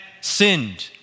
sinned